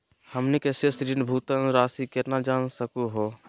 हमनी के शेष ऋण भुगतान रासी केना जान सकू हो?